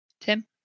Tim